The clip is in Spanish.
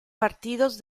partidos